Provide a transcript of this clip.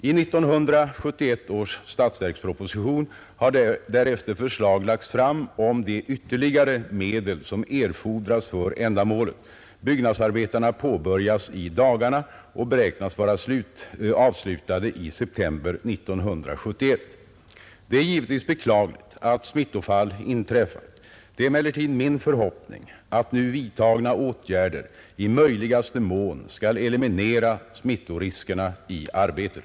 I 1971 års statsverksproposition har därefter förslag lagts fram om de ytterligare medel som erfordras för ändamålet. Byggnadsarbetena påbörjas i dagarna och beräknas vara avslutade i september 1971. Det är givetvis beklagligt att smittofall inträffat. Det är emellertid min förhoppning att nu vidtagna åtgärder i möjligaste mån skall eliminera smittoriskerna i arbetet.